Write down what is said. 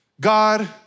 God